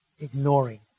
ignoring